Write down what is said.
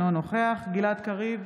אינו נוכח גלעד קריב,